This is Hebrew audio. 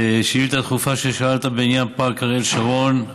שאילתה דחופה ששאלת בעניין פארק אריאל שרון: